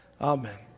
Amen